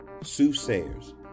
soothsayers